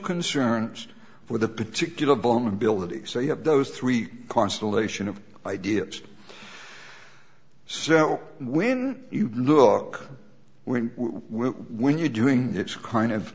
concerns with a particular vulnerability so you have those three constellation of ideas so when you look when when you doing it's kind of